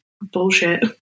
Bullshit